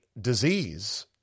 disease